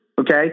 Okay